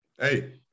Hey